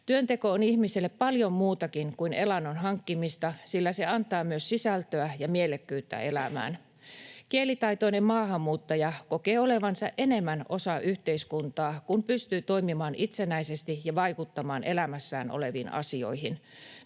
Työnteko on ihmisille paljon muutakin kuin elannon hankkimista, sillä se antaa myös sisältöä ja mielekkyyttä elämään. Kielitaitoinen maahanmuuttaja kokee olevansa enemmän osa yhteiskuntaa, kun pystyy toimimaan itsenäisesti ja vaikuttamaan elämässään oleviin asioihin.